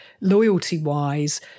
loyalty-wise